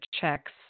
checks